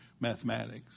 mathematics